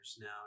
now